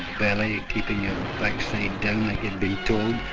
belly keeping your backside down like you'd been told,